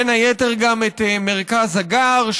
בין היתר גם את מרכז הגר,